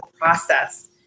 process